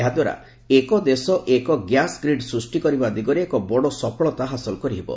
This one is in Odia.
ଏହାଦ୍ୱାରା 'ଏକ ଦେଶ ଏକ ଗ୍ୟାସ୍ ଗ୍ରୀଡ଼' ସୃଷ୍ଟି କରିବା ଦିଗରେ ଏକ ବଡ଼ ସଫଳତା ହାସଲ କରିହେବ